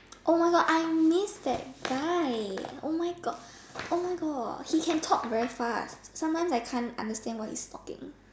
oh my God I miss that guy oh my God oh my God he talks very fast sometimes I can't understand what he's talking